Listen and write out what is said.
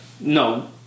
no